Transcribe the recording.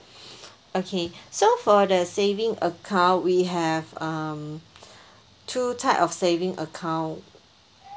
okay so for the saving account we have um two type of saving account